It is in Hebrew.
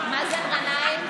מתנגד.